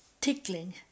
tickling